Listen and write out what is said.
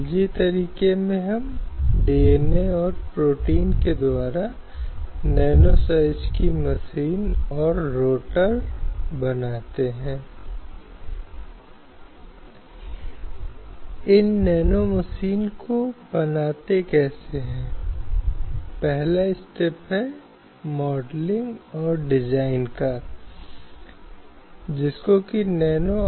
इस संबंध में समानता का अधिकार स्वतंत्रता का अधिकार शोषण के खिलाफ अधिकार मानव सम्मान के साथ जीवन का अधिकार जो महिलाओं के अधिकारों को बरकरार रखने और महिलाओं के खिलाफ किसी भी प्रकार के भेदभाव को समाप्त करने के अर्थ में लैंगिक अधिकारों के मूल में है